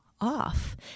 off